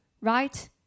Right